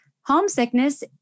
homesickness